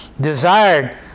desired